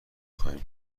خواهم